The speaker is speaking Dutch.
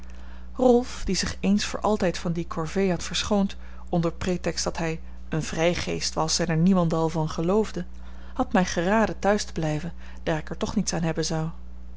rolf die zich eens voor altijd van die corvée had verschoond onder pretext dat hij een vrijgeest was en er niemendal van geloofde had mij geraden thuis te blijven daar ik er toch niets aan hebben zou